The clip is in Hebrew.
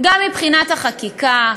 גם מבחינת החקיקה,